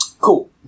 Cool